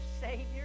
Savior